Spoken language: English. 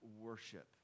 worship